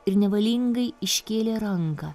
ir nevalingai iškėlė ranką